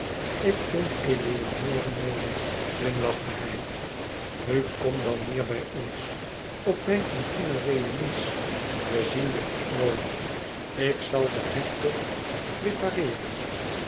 ik vind eleonore mooier glimlachte hij nu kom dan meer bij ons op mijn intime réunies we zien je ook nooit ik zal den hertog prepareeren